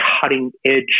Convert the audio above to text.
cutting-edge